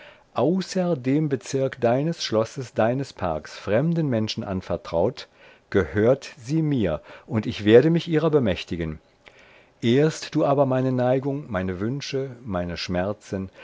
dem bezirk deines schlosses deines parks fremden menschen anvertraut gehört sie mir und ich werde mich ihrer bemächtigen ehrst du aber meine neigung meine wünsche meine